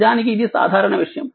నిజానికి ఇది సాధారణ విషయం